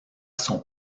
son